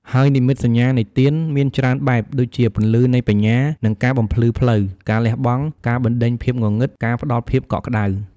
ហើយនិមិត្តសញ្ញានៃទៀន មានច្រើនបែប ដូចជា ពន្លឺនៃបញ្ញា និងការបំភ្លឺផ្លូវ ការលះបង់ ការបណ្តេញភាពងងឹត ការផ្ដល់ភាពកក់ក្ដៅ។